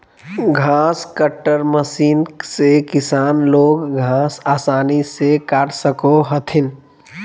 घास cutter machine से किसान लोग घास आसानी से काट सको हथिन